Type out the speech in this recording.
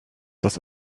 das